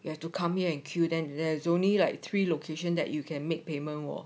you have to come here and queue then there's only like three location that you can make payment 喔